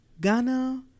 Ghana